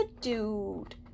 dude